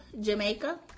Jamaica